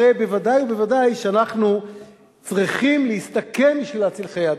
הרי בוודאי שאנחנו צריכים להסתכן בשביל להציל חיי אדם.